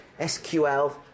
SQL